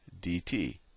dt